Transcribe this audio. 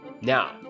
Now